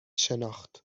شناخت